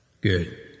Good